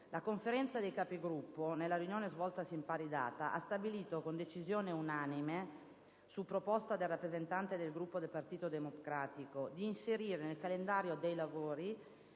la Conferenza dei Capigruppo, nella riunione svoltasi in pari data, ha stabilito, con decisione unanime, su proposta del rappresentante del Gruppo del Partito Democratico, di inserire nel calendario dei lavori